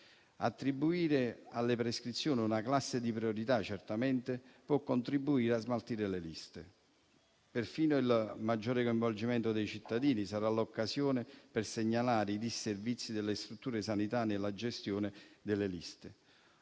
Attribuire alle prescrizioni una classe di priorità certamente può contribuire a smaltire le liste. Perfino il maggiore coinvolgimento dei cittadini sarà l'occasione per segnalare i disservizi delle strutture della sanità nella gestione delle liste.